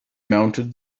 mounted